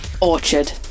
Orchard